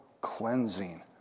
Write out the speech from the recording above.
cleansing